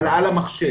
אבל על המחשב.